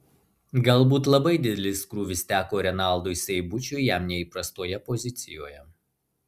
galbūt labai didelis krūvis teko renaldui seibučiui jam neįprastoje pozicijoje